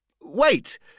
Wait